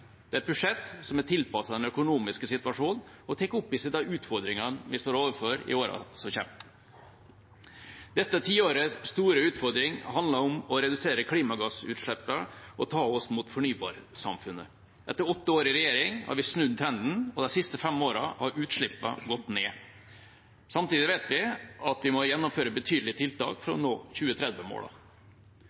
er et budsjett som er tilpasset den økonomiske situasjonen, og som tar opp i seg de utfordringene vi står overfor i årene som kommer. Dette tiårets store utfordring handler om å redusere klimagassutslippene og ta oss mot fornybarsamfunnet. Etter åtte år i regjering har vi snudd trenden, og de siste fem årene har utslippene gått ned. Samtidig vet vi at vi må gjennomføre betydelige tiltak for å nå